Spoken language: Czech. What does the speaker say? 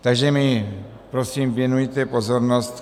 Takže mi prosím věnujte pozornost.